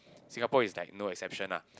Singapore is like no exception lah